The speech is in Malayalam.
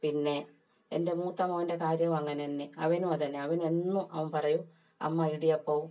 പിന്നെ എൻ്റെ മൂത്ത മോൻ്റെ കാര്യവും അങ്ങനെ തന്നെ അവനും അത് തന്നെ അവൻ എന്നും അവൻ പറയും അമ്മ ഇടിയപ്പവും